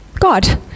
god